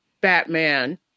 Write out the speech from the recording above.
batman